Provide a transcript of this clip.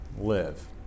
live